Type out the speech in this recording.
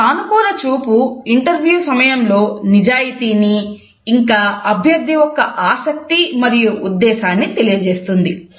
ఒక సానుకూల చూపు ఇంటర్వ్యూ సమయంలో నిజాయితీని ఇంకా అభ్యర్థి యొక్క ఆసక్తి మరియు ఉద్దేశాన్ని తెలియజేస్తుంది